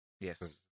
Yes